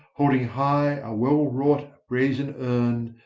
holding high a well-wrought brazen urn,